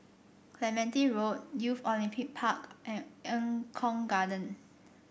Clementi Road Youth Olympic Park and Eng Kong Garden